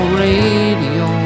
radio